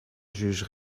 juge